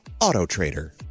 AutoTrader